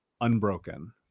unbroken